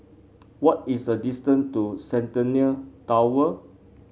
what is the distance to Centennial Tower